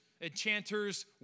enchanters